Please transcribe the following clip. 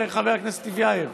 חבר הכנסת טיבייב?